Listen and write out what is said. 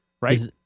right